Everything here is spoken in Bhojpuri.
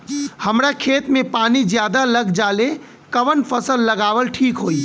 हमरा खेत में पानी ज्यादा लग जाले कवन फसल लगावल ठीक होई?